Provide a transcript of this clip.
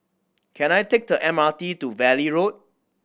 can I take the M R T to Valley Road